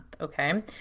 okay